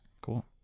Cool